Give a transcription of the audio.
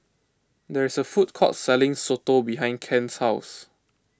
there is a food court selling Soto behind Kent's house